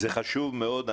זה חשוב מאוד.